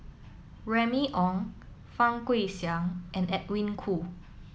Remy Ong Fang Guixiang and Edwin Koo